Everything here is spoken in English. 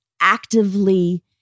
actively